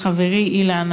חברי אילן,